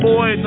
Boy